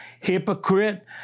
hypocrite